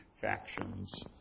factions